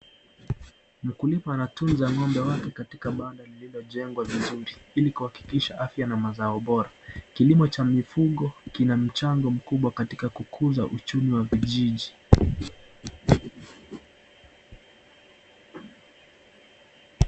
Mkulima anatuza ng'ombe wake katika banda lililojengwa vizuri ili kuhakikisha afya na mazao bora. Kilimo cha mifugo kina mchango mkubwa katika kukuza uchumi wa kijiji.